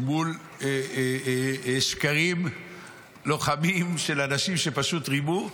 מול שקרים לוחמניים של אנשים שפשוט רימו,